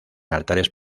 altares